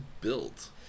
built